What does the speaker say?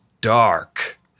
dark